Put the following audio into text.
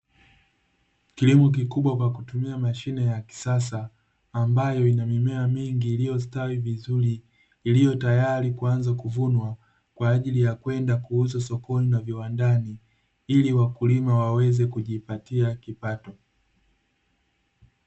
Kilimo kikubwa kwa kutumika mashine ya kisasa, ambayo ina mimea iliyostawi kwa wingi, iliyo tayari kuanzwa kuvunwa kwa ajili ya kuuzwa sokoni na viwandani, ili wakulima waweze kujipatia kipato.